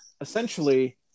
essentially